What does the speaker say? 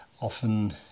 often